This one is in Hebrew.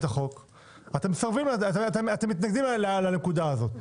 אתם מתנגדים לנקודה הזאת.